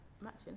Matching